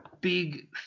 big